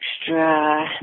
extra